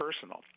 personal